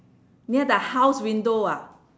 near the house window ah